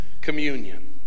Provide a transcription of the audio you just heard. Communion